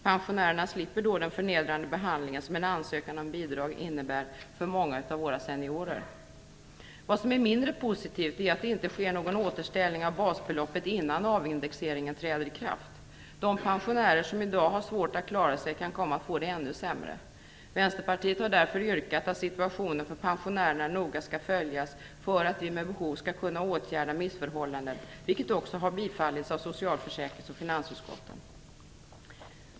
Pensionärerna slipper då den förnedrande behandling som en ansökan om bidrag innebär för många av våra seniorer. Vad som är mindre positivt är att det inte sker någon återställning av basbeloppet innan avindexeringen träder i kraft. De pensionärer som i dag har svårt att klarar sig kan komma att få det ännu sämre. Vänsterpartiet har därför yrkat att situationen för pensionärerna noga skall följas för att missförhållanden vid behov skall kunna åtgärdas, vilket också har tillstyrkts av socialförsäkrings och finansutskotten.